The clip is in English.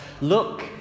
look